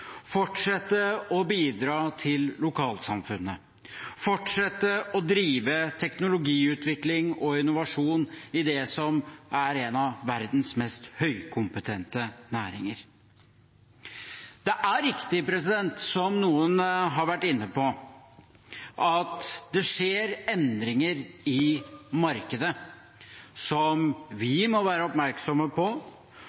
fortsette å bidra til lokalsamfunnet, fortsette å drive teknologiutvikling og innovasjon i det som er en av verdens mest høykompetente næringer. Det er riktig, som noen har vært inne på, at det skjer endringer i markedet som vi